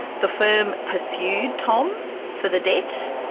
the firm pursued tom for the debt,